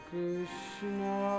Krishna